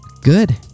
good